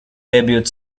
debut